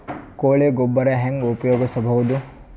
ಕೊಳಿ ಗೊಬ್ಬರ ಹೆಂಗ್ ಉಪಯೋಗಸಬಹುದು?